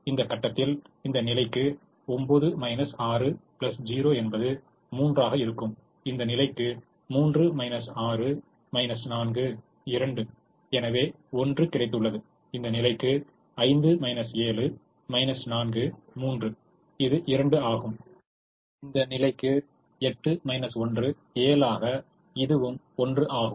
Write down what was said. எனவே இந்த கட்டத்தில் இந்த நிலைக்கு 9 6 0 என்பது 3 ஆக இருக்கும் இந்த நிலைக்கு 3 6 4 2 எனவே 1 கிடைத்துள்ளது இந்த நிலைக்கு 5 7 4 3 இது 2 ஆகும் இந்த நிலைக்கு 8 1 7 ஆக இதுவும் 1 ஆகும்